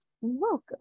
Welcome